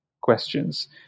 questions